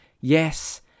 yes